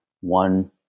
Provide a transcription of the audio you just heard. one